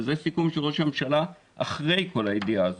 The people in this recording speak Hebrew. וזה סיכום של ראש הממשלה אחרי כל הידיעה הזאת.